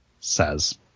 Says